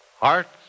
Hearts